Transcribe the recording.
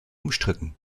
umstritten